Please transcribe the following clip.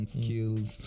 skills